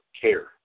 care